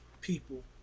people